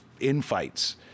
infights